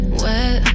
wet